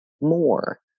more